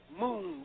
Moon